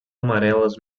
amarelas